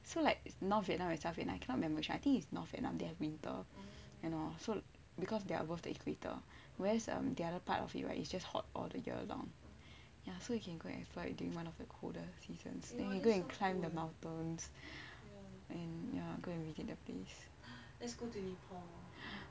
so like it's north vietnam or south vietnam I cannot remember which I think is north vietnam that have winter you know so because they are above the equator whereas the other part of it right it's just hot all the year long ya so you can go and fly during one of their winter seasons then can go and climb the mountains then ya go and visit the place